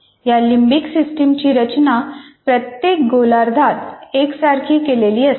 या लिम्बिक सिस्टमची रचना प्रत्येक गोलार्धात एकसारखी केलेली असते